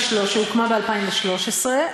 שהוקמה ב-2013,